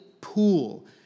pool